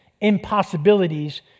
impossibilities